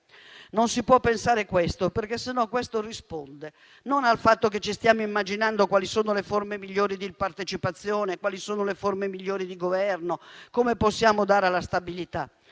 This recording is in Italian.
Non si può pensare questo altrimenti ciò risponde non al fatto che stiamo immaginando quali sono le forme migliori di partecipazione, quali sono le forme migliori di Governo, come possiamo dare la stabilità,